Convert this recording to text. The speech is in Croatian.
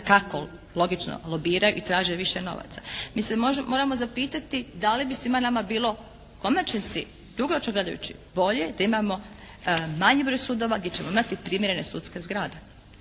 dakako logično, lobiraju i traže više novaca. Mi se moramo zapitati da li bi svima nama u konačnici dugoročno gledajući bolje da imamo manji broj sudova gdje ćemo imati primjerene sudske zgrade